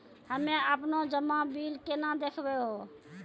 हम्मे आपनौ जमा बिल केना देखबैओ?